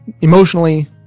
emotionally